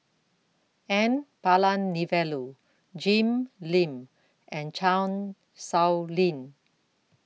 N Palanivelu Jim Lim and Chan Sow Lin